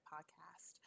Podcast